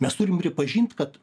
mes turim pripažint kad